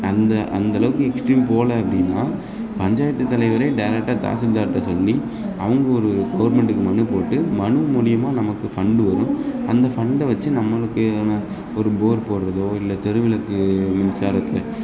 அந்த அந்தளவுக்கு எக்ஸ்ட்ரீம் போகல அப்படின்னா பஞ்சாயத்து தலைவரே டேரெக்டாக தாசில்தார்கிட்ட சொல்லி அவங்க ஒரு கவர்மெண்ட்டுக்கு மனு போட்டு மனு மூலயமா நமக்கு ஃபண்டு வரும் அந்த ஃபண்டை வைச்சு நம்மளுக்கான ஒரு போர் போடுறதோ இல்லை தெருவிளக்கு மின்சாரத்தில்